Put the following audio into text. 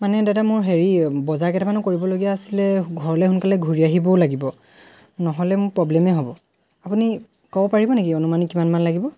মানে দাদা মোৰ হেৰি বজাৰ কেইটামানো কৰিবলগীয়া আছিলে ঘৰলৈ সোনকালে ঘূৰি আহিবও লাগিব নহ'লে মোৰ প্ৰব্লেমেই হ'ব আপুনি ক'ব পাৰিব নেকি আনুমানিক কিমান মান লাগিব